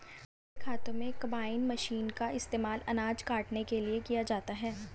हमारे खेतों में कंबाइन मशीन का इस्तेमाल अनाज काटने के लिए किया जाता है